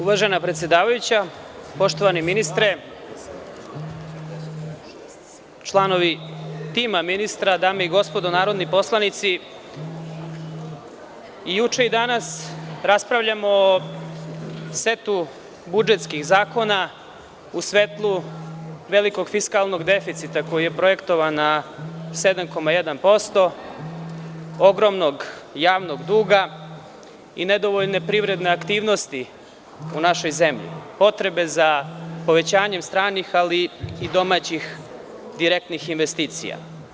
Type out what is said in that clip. Uvažena predsedavajuća, poštovani ministre, članovi tima ministra, dame i gospodo narodni poslanici, i juče i danas raspravljamo o setu budžetskih zakona u svetlu velikog fiskalnog deficita koji je projektovan na 7,1% ogromnog javnog duga i nedovoljne privredne aktivnosti u našoj zemlji, potrebe za povećanjem stranih, ali i domaćih direktnih investicija.